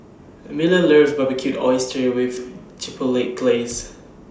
Miller loves Barbecued Oysters with Chipotle Glaze